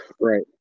right